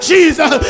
Jesus